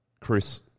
Chris –